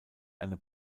eine